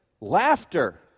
laughter